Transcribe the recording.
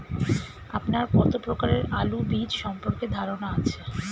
আপনার কত প্রকারের আলু বীজ সম্পর্কে ধারনা আছে?